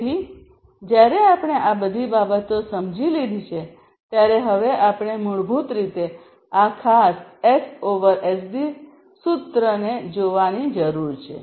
તેથી જ્યારે આપણે આ બધી બાબતો સમજી લીધી છે ત્યારે હવે આપણે મૂળભૂત રીતે આ ખાસ એસ એસડી સૂત્રને જોવાની જરૂર છે